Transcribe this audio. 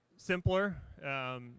Simpler